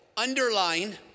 Underline